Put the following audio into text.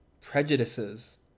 prejudices